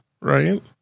right